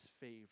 favor